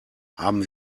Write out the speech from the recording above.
haben